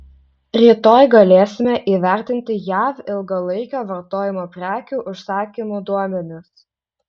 rytoj galėsime įvertinti jav ilgalaikio vartojimo prekių užsakymų duomenis